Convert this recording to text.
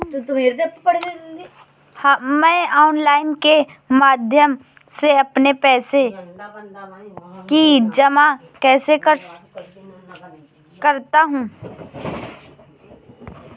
मैं ऑनलाइन के माध्यम से अपने पैसे की जाँच कैसे कर सकता हूँ?